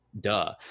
duh